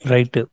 Right